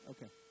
Okay